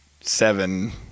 seven